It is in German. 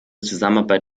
zusammenarbeit